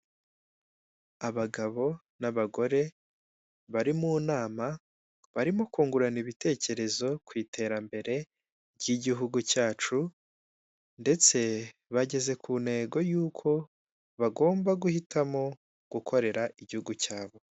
Abagabo n'abagore bari mu nama, barimo kungurana ibitekerezo kw'iterambere ry'igihugu cyacu. Ndetse bageze ku ntego yuko bagomba guhitamo gukorera igihugu cyabo.